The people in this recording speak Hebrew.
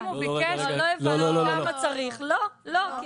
הצדדים --- בסדר,